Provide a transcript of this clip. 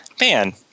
man